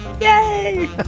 yay